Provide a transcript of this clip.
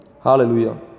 Hallelujah